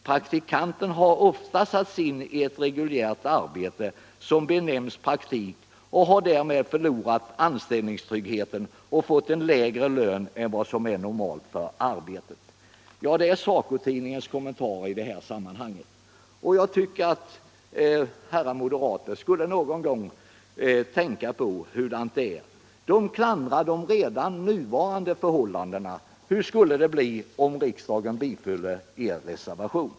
”Praktikanten' har ofta satts in i ett reguljärt arbete som benämnts praktik och har därmed förlorat anställningstryggheten och fått en lägre lön än vad som är normalt för arbetet.” Jag tycker att herrar moderater någon gång skulle tänka på detta. De klandrar redan de nuvarande bestämmelserna — hur skulle det inte bli om riksdagen bifölle deras reservation?